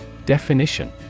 Definition